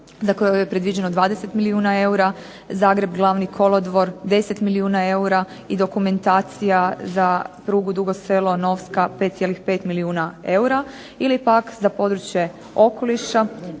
za koju je predviđeno 20 milijuna eura, Zagreb-Glavni kolodvor 10 milijuna eura i dokumentacija za prugu Dugo Selo-Novska 5,5 milijuna eura ili pak za područje okoliša